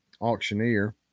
auctioneer